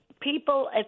people